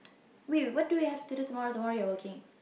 wait what do you have to do tomorrow tomorrow you're working